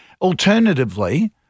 Alternatively